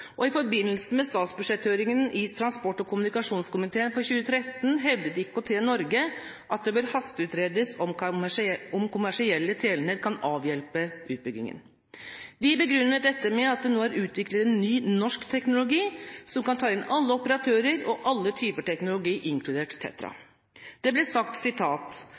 Og i forbindelse med høringen i transport- og kommunikasjonskomiteen om statsbudsjettet for 2013 hevdet IKT Norge at det bør hasteutredes om kommersielle telenett kan avhjelpe utbyggingen. De begrunnet dette med at det nå er utviklet en ny norsk teknologi som kan ta inn alle operatører og alle typer teknologi, inkludert TETRA. Det ble sagt